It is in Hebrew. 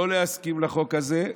לא להסכים לחוק הזה,